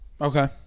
okay